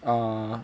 oh